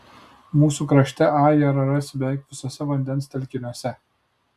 mūsų krašte ajerą rasi beveik visuose vandens telkiniuose